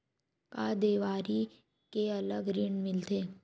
का देवारी के अलग ऋण मिलथे?